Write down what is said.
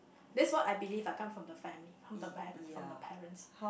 this is what I believe lah come from the family from the par~ from the parents